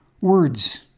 Words